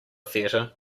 theater